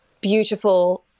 beautiful